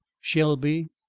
shelby.